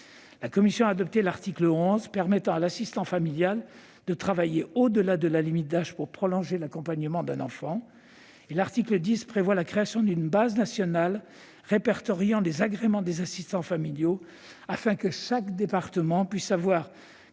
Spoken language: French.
La commission a adopté l'article 11 permettant à l'assistant familial de travailler au-delà de la limite d'âge pour prolonger l'accompagnement d'un enfant. L'article 10 prévoit la création d'une base nationale répertoriant les agréments des assistants familiaux afin que chaque département puisse avoir